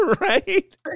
Right